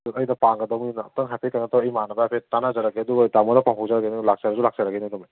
ꯑꯗꯣ ꯑꯩꯅ ꯄꯥꯡꯒꯗꯧꯕꯅꯤꯅ ꯑꯝꯇꯪ ꯍꯥꯏꯐꯦꯠ ꯀꯩꯅꯣ ꯇꯧꯔ ꯏꯃꯥꯟꯅꯕ ꯍꯥꯏꯐꯦꯠ ꯇꯥꯟꯅꯖꯔꯒꯦ ꯑꯗꯨꯒ ꯇꯥꯃꯣꯗ ꯄꯥꯎ ꯐꯥꯎꯖꯔꯛꯑꯒꯦ ꯑꯗꯨꯒ ꯂꯥꯛꯆꯔꯁꯨ ꯂꯥꯛꯆꯔꯒꯦ ꯑꯗꯨꯝ ꯑꯩ